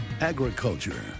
Agriculture